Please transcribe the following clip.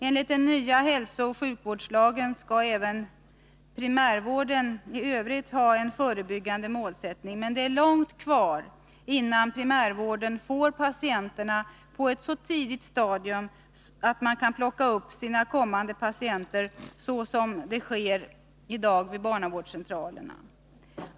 Enligt den nya hälsooch sjukvårdslagen skall även primärvården i övrigt ha en förebyggande målsättning. Men det är långt kvar innan primärvården får patienterna på ett så tidigt stadium att den kan ”plocka upp” sina kommande patienter så som i dag sker vid barnavårdscentralerna.